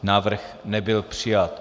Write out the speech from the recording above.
Návrh nebyl přijat.